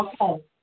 Okay